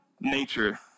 nature